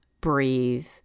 breathe